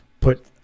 put